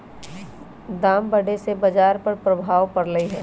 दाम बढ़े से बाजार पर प्रभाव परलई ह